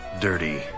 dirty